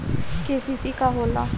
KCC का होला?